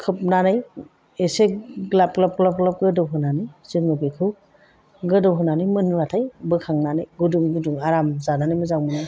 खोबनानै एसे ग्लाब ग्लाब ग्लाब ग्लाब गोदौ होनानै जोङो बेखौ गोदौ होनानै मोनबाथाय बोखांनानै गुदुं गुदुं आराम जानानै मोजां मोनो